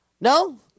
No